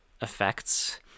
effects